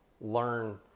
learn